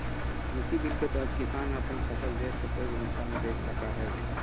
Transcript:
कृषि बिल के तहत किसान अपन फसल देश के कोय भी हिस्सा में बेच सका हइ